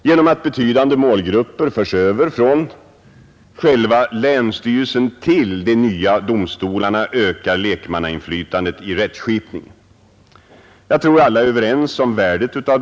Genom att betydande målgrupper förs över från själva länsstyrelsen till de nya domstolarna ökar lekmannainflytandet i rättskipningen. Jag tror att alla är överens om värdet härav.